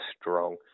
strong